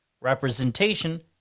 representation